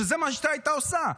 שזה מה שהייתה עושה,